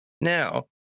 Now